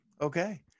Okay